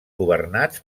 governats